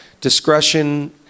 Discretion